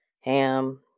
ham